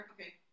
okay